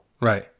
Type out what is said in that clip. Right